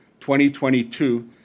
2022